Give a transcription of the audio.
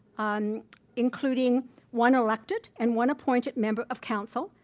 um including one elected and one appointed member of council,